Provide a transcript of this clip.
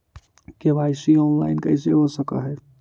KYC online कैसे हो सक है?